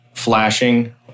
Flashing